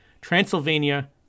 Transylvania